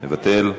מוותר,